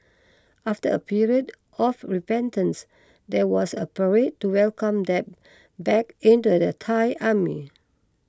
after a period of repentance there was a parade to welcome them back into the Thai Army